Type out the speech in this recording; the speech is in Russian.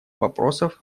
вопросов